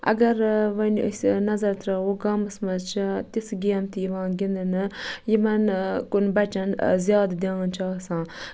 اگر وۄنۍ أسۍ نطر تراوو گامَس مَنٛز چھِ تِژھ گیمہٕ تہِ یِوان گِندنہٕ یِمَن کُن بَچَن زیادٕ دھیان چھُ آسان